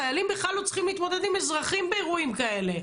חיילים בכלל לא צריכים להתמודד עם אזרחים באירועים כאלה.